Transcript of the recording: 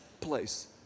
place